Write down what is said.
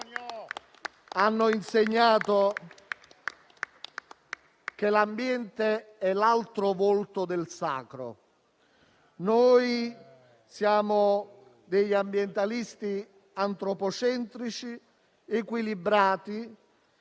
hanno insegnato che l'ambiente è l'altro volto del sacro. Noi siamo degli ambientalisti antropocentrici, equilibrati,